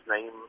name